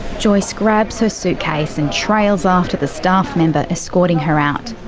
joyce grabs her suitcase and trails after the staff member escorting her out.